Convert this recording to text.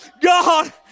God